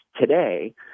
today